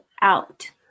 out